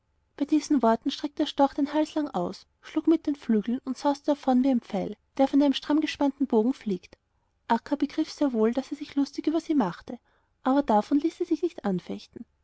bei diesen worten streckte der storch den hals lang aus schlug mit den flügeln und sauste davon wie ein pfeil der von einem stramm gespannten bogenfliegt akkabegriffsehrwohl daßersichlustigübersiemachte aber davon ließ sie sich nicht anfechten